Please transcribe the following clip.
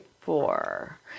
four